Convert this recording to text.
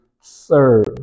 serve